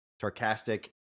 sarcastic